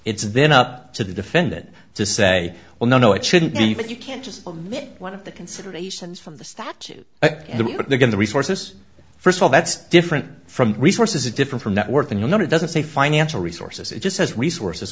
it's then up to the defendant to say well no no it shouldn't be but you can't just look one of the considerations from the statute and the but they're going to resource this first of all that's different from resources a different from networking you know it doesn't say financial resources it just has resources